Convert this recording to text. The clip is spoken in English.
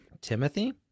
Timothy